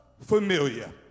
familiar